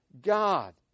God